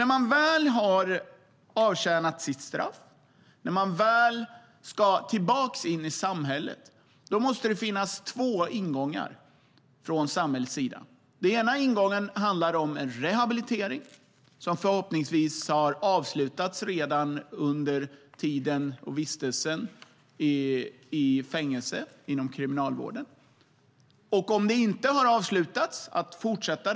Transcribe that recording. När man väl har avtjänat sitt straff och ska tillbaka in i samhället måste det finnas två ingångar från samhällets sida. Den ena ingången handlar om en rehabilitering som förhoppningsvis har avslutats redan under vistelsen i fängelset, inom kriminalvården. Om rehabiliteringen inte har avslutats ska den fortsätta.